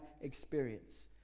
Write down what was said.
experience